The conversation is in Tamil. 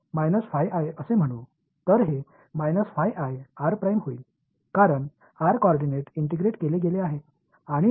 எனவே இதை நாம் நடந்து சென்ற என்றுஅழைக்கப் போகிறோம் எனவே இது ஆகப்போகிறது ஏனென்றால் r ஒருங்கிணைப்பு ஒருங்கிணைக்கப்பட்டுள்ளது பின்னர் இந்த ஒருங்கிணைப்போடு நான் இங்கேயே இருக்கிறேன்